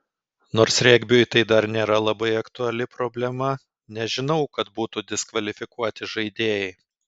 nors regbiui tai dar nėra labai aktuali problema nežinau kad būtų diskvalifikuoti žaidėjai